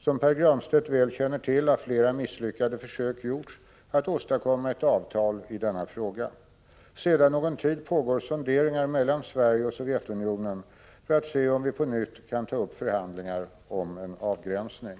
Som Pär Granstedt väl känner till har flera misslyckade försök gjorts att åstadkomma ett avtal i denna fråga. Sedan någon tid pågår sonderingar mellan Sverige och Sovjetunionen för att se om vi på nytt kan ta upp förhandlingar om en avgränsning.